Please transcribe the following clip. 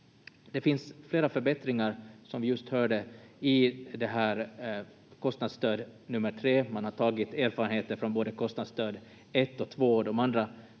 Det finns flera förbättringar, som vi just hörde, i kostnadsstöd nummer 3. Man har tagit erfarenheter från både kostnadsstöd 1 och 2,